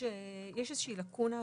יש איזושהי לקונה חוקית,